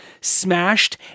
Smashed